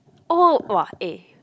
oh !wah! eh